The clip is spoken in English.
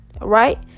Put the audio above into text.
right